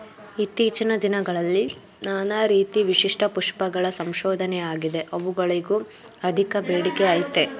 ಇತ್ತೀಚಿನ ದಿನದಲ್ಲಿ ನಾನಾ ರೀತಿ ವಿಶಿಷ್ಟ ಪುಷ್ಪಗಳ ಸಂಶೋಧನೆಯಾಗಿದೆ ಅವುಗಳಿಗೂ ಅಧಿಕ ಬೇಡಿಕೆಅಯ್ತೆ